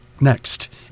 Next